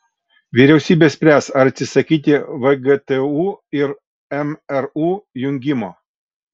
vyriausybė spręs ar atsisakyti vgtu ir mru jungimo